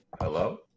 Hello